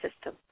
system